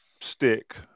stick